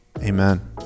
Amen